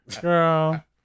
Girl